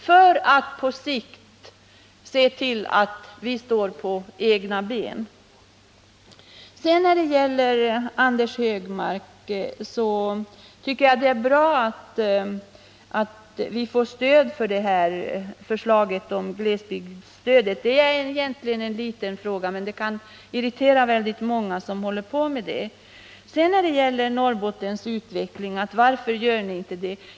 Alla dessa förslag har syftat till att få Norrbotten på fötter. Det är bra att Anders Högmark stöder vårt förslag beträffande administreringen av glesbygdsstödet. Det är egentligen en liten fråga, men den kan irritera många. När det gäller Norrbottens utveckling frågade Anders Högmark varför inte norrbottningarna själva gör någonting åt situationen.